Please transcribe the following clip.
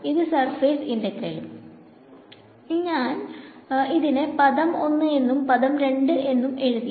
ഇത് സർഫേസ് ഇന്റഗ്രലും ഞാൻ ഇതിനെ പദം 1 എന്നും പദം 2 എന്നും എഴുതി